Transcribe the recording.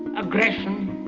aggression,